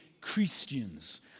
Christians